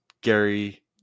Gary